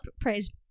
praise